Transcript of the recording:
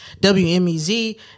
WMEZ